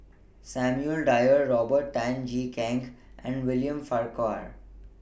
Samuel Dyer Robert Tan Jee Keng and William Farquhar